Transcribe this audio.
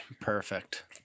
Perfect